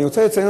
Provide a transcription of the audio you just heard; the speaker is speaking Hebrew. אני רוצה לציין,